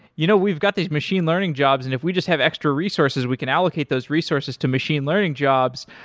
you know, we've got these machine learning jobs. and if we just have extra resources, we can allocate those resources to machine learning jobs.